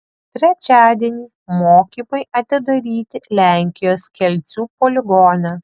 trečiadienį mokymai atidaryti lenkijos kelcų poligone